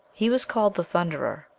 he was called the thunderer,